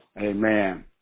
amen